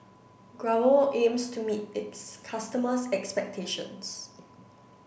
Growell aims to meet its customers' expectations